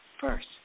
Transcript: first